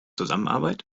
zusammenarbeit